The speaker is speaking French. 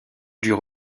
dure